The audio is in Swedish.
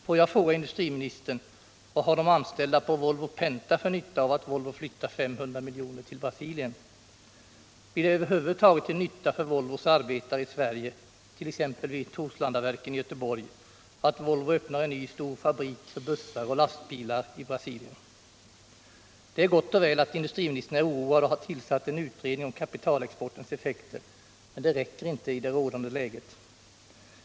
Får jag fråga industriministern: Vad har de anställda på Volvo-Penta för nytta av att Volvo flyttar 500 milj.kr. till Brasilien? Blir det över huvud taget till nytta för Volvos arbeware I Sverige, 1. ex. vid Torslandaverken i Göteborg, att Volvo öppnar cen ny, stor fabrik för bussar och lastbilar i Brasilien? Det är gott och välatt industriministern är oroad och har tillsatt en utredning om kapitalexportens effekter, men det räcker inte i det rådande läget.